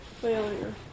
failure